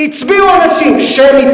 הצביעו אנשים שמית,